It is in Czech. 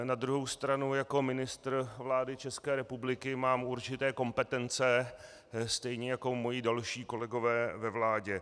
Na druhou stranu jako ministr vlády České republiky mám určité kompetence, stejně jako moji další kolegové ve vládě.